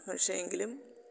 പക്ഷേ എങ്കിലും